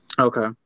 okay